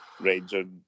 ranging